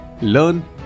learn